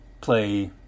play